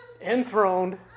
enthroned